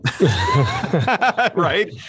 Right